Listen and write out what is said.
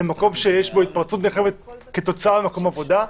למקום שיש בו התפרצות נרחבת כתוצאה ממקום עבודה,